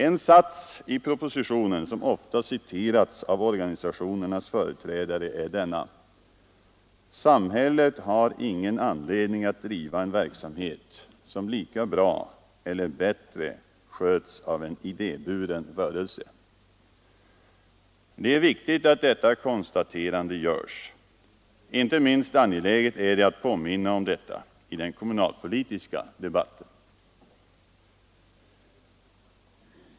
En sats i propositionen som ofta citerats av organisationernas företrädare är denna: Samhället har ingen anledning att driva en verksamhet som lika bra eller bättre sköts av en idéburen rörelse. Det är viktigt att detta konstaterande görs. Icke minst angeläget är det att påminna om detta i den kommunalpolitiska debatten.